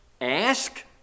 Ask